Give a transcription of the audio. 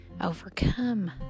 overcome